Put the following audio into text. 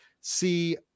see